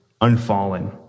unfallen